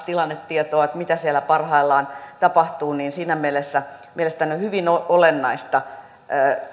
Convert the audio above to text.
tilannetietoa mitä siellä parhaillaan tapahtuu siinä mielessä mielestäni on hyvin olennaista